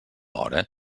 hora